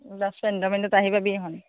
দহ পোন্ধৰ মিনিত আহি পাবি এখন